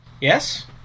Yes